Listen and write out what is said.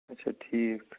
اَچھا ٹھیٖک